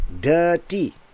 dirty